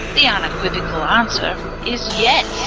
the unequivocal answer is yes.